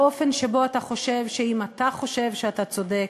האופן שבו אתה חושב שאם אתה חושב שאתה צודק,